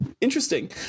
interesting